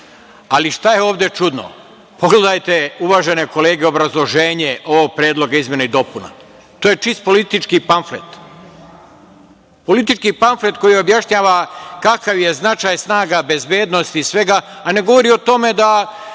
šta je ovde čudno? Pogledajte, uvažene kolege, obrazloženje ovog predloga izmena i dopuna. To je čist politički pamflet. Politički pamflet koji objašnjava kakav je značaj snaga bezbednosti i svega, a ne govori o tome da